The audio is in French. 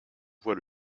vois